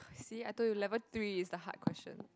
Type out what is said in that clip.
see I told you level three is the hard questions